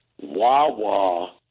Wawa